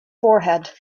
forehead